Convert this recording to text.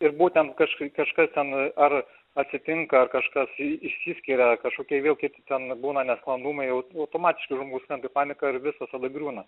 ir būtent kažk kažkas ten ar atsitinka ar kažkas išsiskiria kažkokie vėl kiti ten būna nesklandumai au automatiškai žmogus krenta į paniką ir visas tada griūna